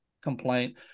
complaint